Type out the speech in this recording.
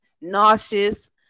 nauseous